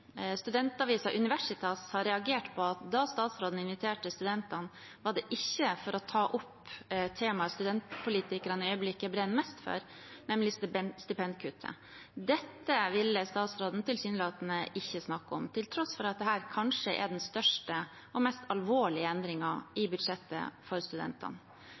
har reagert på at da statsråden inviterte studentene, var det ikke for å ta opp temaet som studentpolitikerne i øyeblikket brenner mest for, nemlig stipendkuttet. Dette ville statsråden tilsynelatende ikke snakke om, til tross for at dette kanskje er den største og mest alvorlige endringen i budsjettet for studentene.